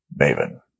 maven